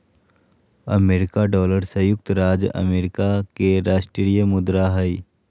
America dollar संयुक्त राज्य America के राष्ट्रीय मुद्रा हइ